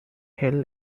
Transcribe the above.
hell